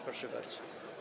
Proszę bardzo.